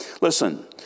Listen